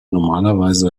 normalerweise